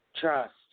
trust